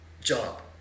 job